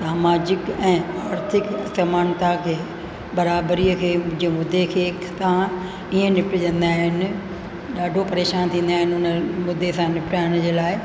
सामाजिक ऐं आर्थिक समानता खे बराबरी खे जमूदे खे सां ईअं निपटजंदा आहिनि ॾाढो परेशान थींदा आहिनि उन मुदे सां निपिटण जे लाइ